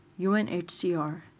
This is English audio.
UNHCR